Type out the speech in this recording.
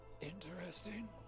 Interesting